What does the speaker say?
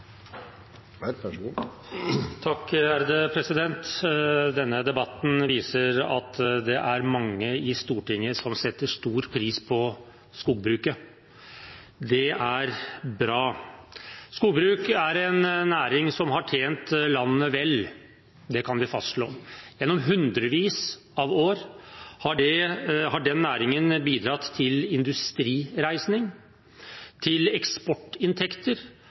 mange i Stortinget som setter stor pris på skogbruket. Det er bra. Skogbruk er en næring som har tjent landet vel, det kan vi fastslå. Gjennom hundrevis av år har den næringen bidratt til industrireisning, til eksportinntekter